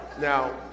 now